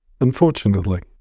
Unfortunately